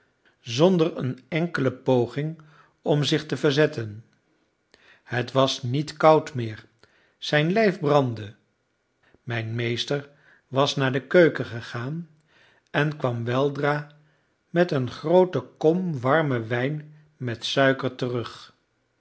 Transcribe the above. zonder eene enkele poging om zich te verzetten het was niet koud meer zijn lijf brandde mijn meester was naar de keuken gegaan en kwam weldra met een groote kom warmen wijn met suiker terug